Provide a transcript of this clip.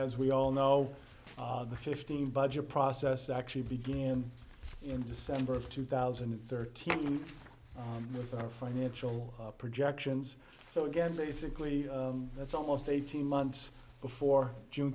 as we all know the fifteen budget process actually began in december of two thousand and thirteen with our financial projections so again basically that's almost eighteen months before june